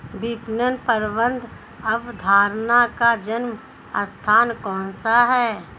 विपणन प्रबंध अवधारणा का जन्म स्थान कौन सा है?